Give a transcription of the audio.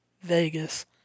Vegas